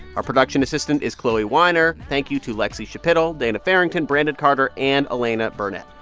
our production assistant is chloe weiner. thank you to lexie schapitl, dana farrington brandon carter and elena burnett.